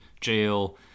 jail